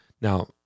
Now